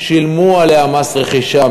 שילמו עליה מס רכישה,